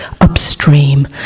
upstream